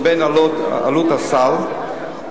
לבין עלות הסל,